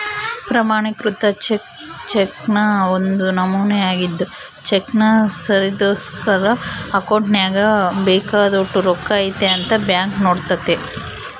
ಪ್ರಮಾಣಿಕೃತ ಚೆಕ್ ಚೆಕ್ನ ಒಂದು ನಮೂನೆ ಆಗಿದ್ದು ಚೆಕ್ನ ಸರಿದೂಗ್ಸಕ ಅಕೌಂಟ್ನಾಗ ಬೇಕಾದೋಟು ರೊಕ್ಕ ಐತೆ ಅಂತ ಬ್ಯಾಂಕ್ ನೋಡ್ತತೆ